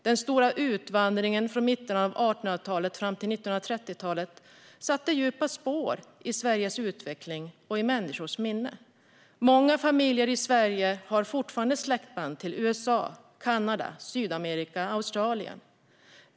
Den stora utvandringen från mitten av 1800-talet och fram till 1930-talet satte djupa spår i Sveriges utveckling och i människors minne. Många familjer i Sverige har fortfarande släktband till USA, Kanada, Sydamerika eller Australien.